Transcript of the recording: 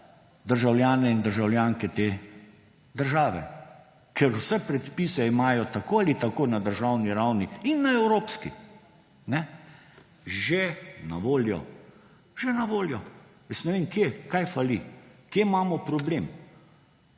državljane in državljanke te države, ker vse prepise imajo tako ali tako na državni in na evropski ravni že na voljo. Že na voljo! Jaz ne vem, kaj fali, kje imamo problem,